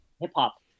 hip-hop